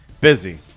Busy